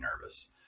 nervous